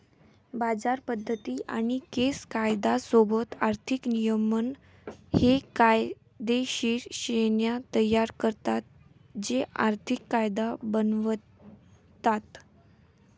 बाजार पद्धती आणि केस कायदा सोबत आर्थिक नियमन हे कायदेशीर श्रेण्या तयार करतात जे आर्थिक कायदा बनवतात